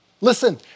Listen